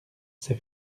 ces